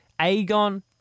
Aegon